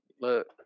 Look